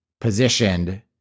positioned